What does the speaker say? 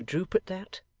you droop at that,